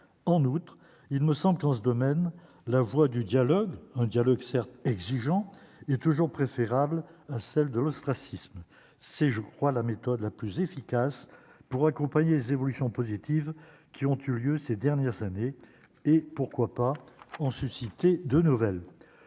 en outre, il me semble, en ce domaine, la voie du dialogue, un dialogue certes exigeant, il est toujours préférable à celle de l'ostracisme, c'est je crois la méthode la plus efficace pour accompagner ces évolutions positives qui ont eu lieu ces dernières années, et pourquoi pas, ont suscité de nouvelles